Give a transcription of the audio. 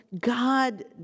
God